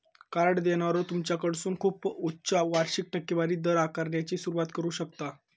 card देणारो तुमच्याकडसून खूप उच्च वार्षिक टक्केवारी दर आकारण्याची सुरुवात करू शकता